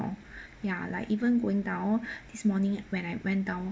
ya like even going down this morning when I went down